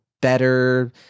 better